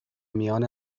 میان